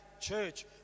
church